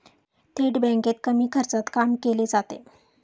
थेट बँकेत कमी खर्चात काम केले जाते